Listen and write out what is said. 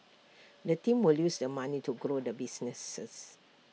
the team will use the money to grow the business